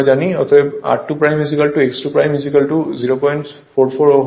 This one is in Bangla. অতএব r2 x 2044 ওহম হবে